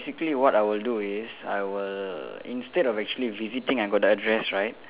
basically what I'll do is I will instead of actually visiting I got the address right